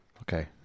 Okay